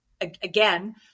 again